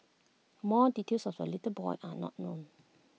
more details of the little boy are not known